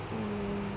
mm